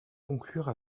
conclure